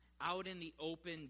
out-in-the-open